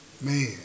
Man